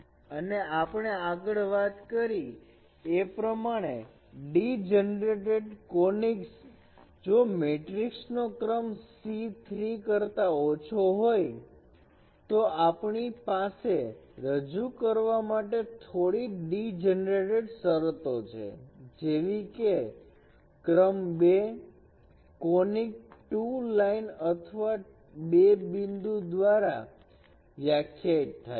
અને આપણે આગળ વાત કરી એ પ્રમાણે ડીજનરેટેડ કોનીક્સ જો મેટ્રિકસ નો ક્રમ C3 કરતા ઓછો હોય તો આપણી પાસે રજુ કરવા માટે થોડી ડીજનરેટેડ શરતો છે જેવી કે ક્રમ 2 કોનીક 2 લાઇન અથવા 2 બિંદુ દ્વારા વ્યાખ્યાયિત થાય છે